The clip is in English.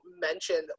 mentioned